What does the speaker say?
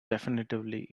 definitively